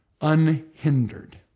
Unhindered